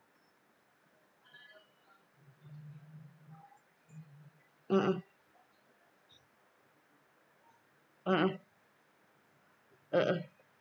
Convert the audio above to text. mmhmm mmhmm mmhmm